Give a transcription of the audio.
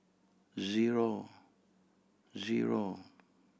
zero zero